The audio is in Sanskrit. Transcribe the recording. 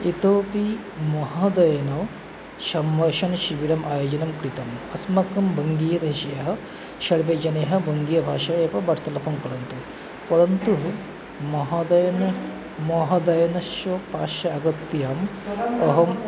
इतोऽपि महोदयेन संभाषणशिबिरम् आयोजनं कृतम् अस्माकं वङ्गदेशीयः सर्वे जनेाः वङ्गभाषा एव वार्तलापं कुर्वन्ति परन्तु महोदयेन महोदयन अस्य पार्श्वे आगत्य अहं